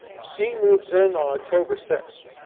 she moves in on october six.